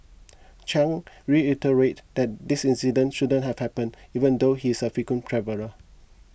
Chang reiterated that this incident shouldn't have happened even though he is a frequent traveller